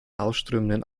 ausströmenden